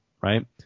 Right